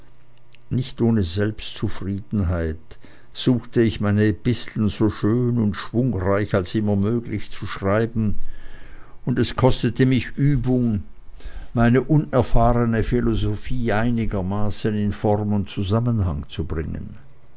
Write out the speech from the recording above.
nicht ohne selbstzufriedenheit suchte ich meine episteln so schön und schwungreich als immer möglich zu schreiben und es kostete mich übung meine unerfahrene philosophie einigermaßen in form und zusammenhang zu bringen